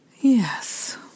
Yes